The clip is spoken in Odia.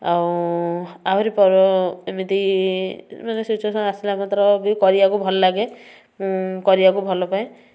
ଆଉ ଆହୁରି ପର ଏମିତି ମାନେ ସିଚୁଏସନ ଆସିଲା ମାତ୍ର ବି କରିବାକୁ ଭଲ ଲାଗେ ମୁଁ କରିବାକୁ ଭଲ ପାଏ